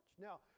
Now